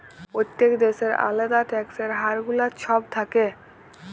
প্যত্তেক দ্যাশের আলেদা ট্যাক্সের হার গুলা ছব থ্যাকে